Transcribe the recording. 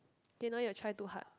okay no need to try too hard